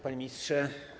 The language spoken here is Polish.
Panie Ministrze!